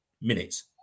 minutes